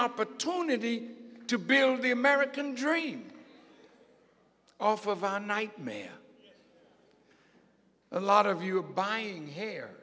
opportunity to build the american dream off of a nightmare a lot of you are buying hair